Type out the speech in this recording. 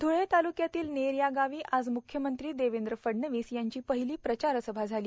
ध्ळे ताल्क्यातील नेर या गावी आज म्ख्यमंत्री देवेंद्र फडणवीस यांची पहिली प्रचार सभा झाली